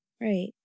Right